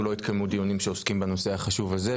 לא התקיימו עד כה דיונים שעוסקים בנושא הזה.